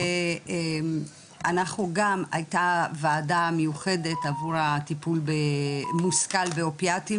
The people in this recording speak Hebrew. הזה ואנחנו גם הייתה וועדה מיוחדת עבור הטיפול המושכל באופיאטים